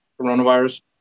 coronavirus